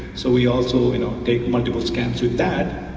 so we also you know take multiple scans with that,